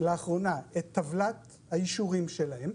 לאחרונה את טבלת האישורים שלהם,